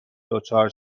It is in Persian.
دچار